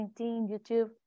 YouTube